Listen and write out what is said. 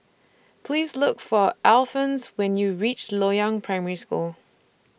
Please Look For Alphons when YOU REACH Loyang Primary School